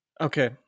Okay